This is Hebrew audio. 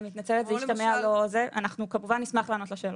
אני מתנצלת אם השתמע אחרת - אנחנו כמובן נשמח לענות לשאלות.